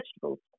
vegetables